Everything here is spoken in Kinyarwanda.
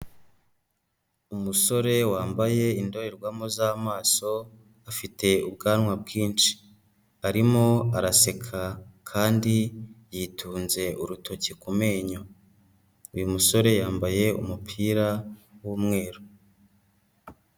Umusore wambaye indorerwamo z'amaso, afite ubwanwa bwinshi. Arimo araseka kandi yitunze urutoki ku menyo. Uyu musore yambaye umupira w'umweru.